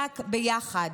רק ביחד.